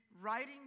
writing